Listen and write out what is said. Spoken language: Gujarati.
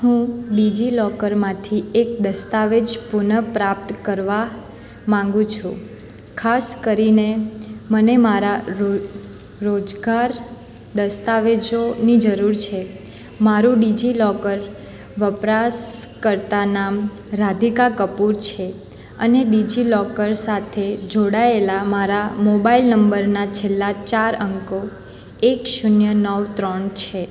હું ડીજીલોકરમાંથી એક દસ્તાવેજ પુનઃપ્રાપ્ત કરવા માગું છું ખાસ કરીને મને મારા રોજગાર દસ્તાવેજોની જરૂર છે મારું ડીજીલોકર વપરાશકર્તા નામ રાધિકા કપૂર છે અને ડીજીલોકર સાથે જોડાયેલા મારા મોબાઈલ નંબરના છેલ્લા ચાર અંકો એક શૂન્ય નવ ત્રણ છે